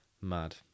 Mad